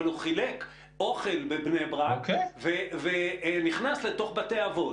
הוא חילק אוכל בבני ברק ונכנס לתוך בתי אבות?